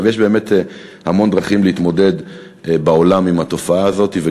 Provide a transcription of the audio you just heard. בעולם מתמודדים עם התופעה הזאת בהמון דרכים,